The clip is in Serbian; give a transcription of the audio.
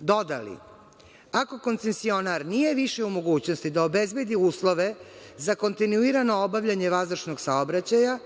dodali, ako koncensionar nije više u mogućnosti da obezbedi uslove za kontinuirano obavljanje vazdušnog saobraćaja,